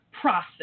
process